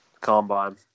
Combine